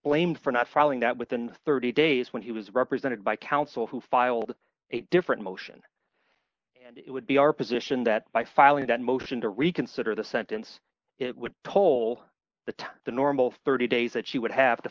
blamed for not following that within thirty days when he was represented by counsel who filed a different motion and it would be our position that by filing that motion to reconsider the sentence it would toll the time the normal thirty days that she would have to